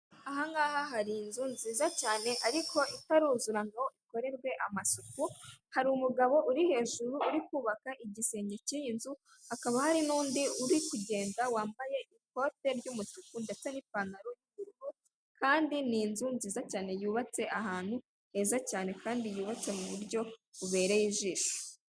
Ahangaha hari inzu nziza cyane ariko itaruzura ngo ikorerwe amasuku hari umugabo uri hejuru uri kubaka igisenge cy'iyi nzu, hakaba hari n'undi uri kugenda wambaye ikote ry'umutuku ndetse n'ipantaro y'ubururu kandi ni inzu nziza cyane yubatse ahantu heza cyane kandi yubatse mu buryo bubereye ijisho.